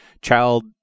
child